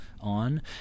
on